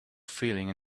feeling